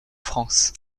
france